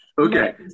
Okay